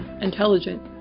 intelligent